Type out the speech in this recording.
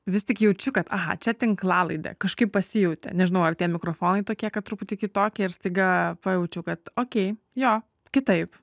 vis tik jaučiu kad aha čia tinklalaidė kažkaip pasijautė nežinau ar tie mikrofonai tokie kad truputį kitokie ir staiga pajaučiau kad okei jo kitaip